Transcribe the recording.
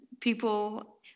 people